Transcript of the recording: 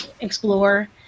explore